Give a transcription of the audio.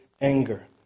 anger